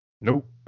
nope